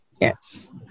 Yes